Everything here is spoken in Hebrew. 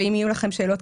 ואם יהיו לכם שאלות,